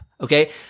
okay